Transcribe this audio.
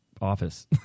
office